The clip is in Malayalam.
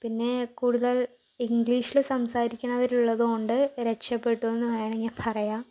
പിന്നെ കൂടുതൽ ഇംഗ്ലീഷില് സംസാരിക്കണവരുള്ളത് കൊണ്ട് രക്ഷപെട്ടു എന്ന് വേണമെങ്കിൽ പറയാം